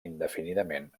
indefinidament